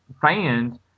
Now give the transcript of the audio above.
fans